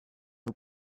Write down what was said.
who